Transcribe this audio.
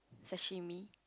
sashimi